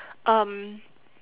um